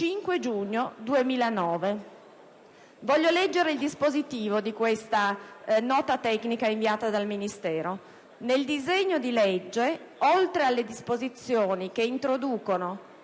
5 giugno 2009. Vorrei leggervi il dispositivo della nota tecnica inviata dal Ministero: «nel disegno di legge (...), oltre a disposizioni che introducono,